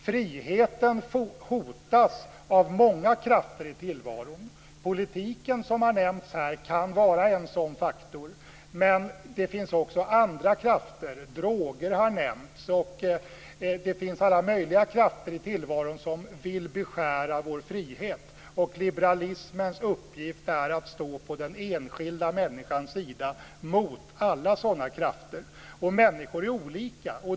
Friheten hotas av många krafter i tillvaron. Politiken, som har nämnts här, kan vara en sådan faktor. Men det finns också andra krafter. Droger har nämnts. Det finns alla möjliga krafter i tillvaron som vill beskära vår frihet. Liberalismens uppgift är att stå på den enskilda människans sida mot alla sådana krafter. Människor är olika.